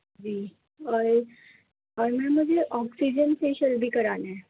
جی اور اور میم ابھی آکسیجن فیشیل بھی کرانے ہیں